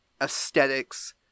aesthetics